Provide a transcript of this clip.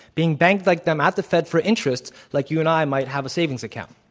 being banked like them at the fed for interest like you and i might have a savings account.